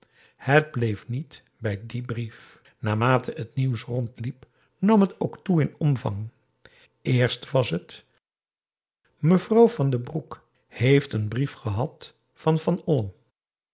het bleef niet bij dien brief naarmate het nieuws rondliep nam het ook toe in omvang eerst was het mevrouw van den broek heeft een brief gehad van van olm